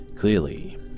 Clearly